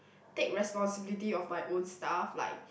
take responsibility of my own stuff like